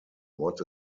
what